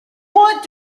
wood